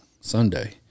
Sunday